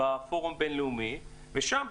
בפורום הבין-לאומי ושם,